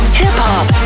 hip-hop